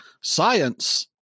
Science